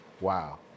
Wow